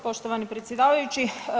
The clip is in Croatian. Poštovani predsjedavajući.